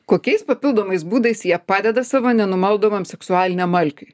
kokiais papildomais būdais jie padeda savo nenumaldomam seksualiniam alkiui